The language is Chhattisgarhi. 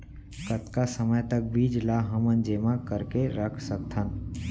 कतका समय तक बीज ला हमन जेमा करके रख सकथन?